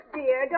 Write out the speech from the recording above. dear